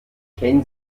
kennen